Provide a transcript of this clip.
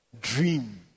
dream